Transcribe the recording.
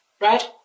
right